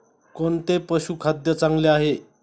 कोणते पशुखाद्य चांगले आहे?